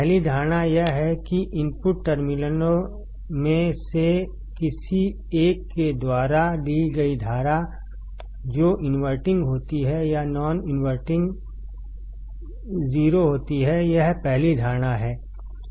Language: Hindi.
पहली धारणा यह है कि इनपुट टर्मिनलों में से किसी एक के द्वारा ली गई धारा जो इनवर्टिंग होती है या नॉन इनवरटिंग 0 होती हैयह पहली धारणा है